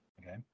Okay